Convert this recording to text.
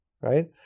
right